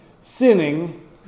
sinning